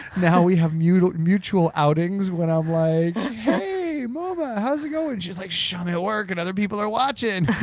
now we have mutual mutual outings and i'm like hey momma how's it going and she's like shhh i'm at work and other people are watching.